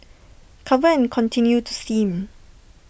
cover and continue to steam